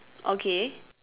okay